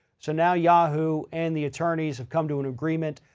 so now yahoo and the attorneys have come to an agreement,